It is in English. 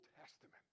testament